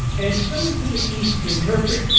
and it's relatively easy to interpret,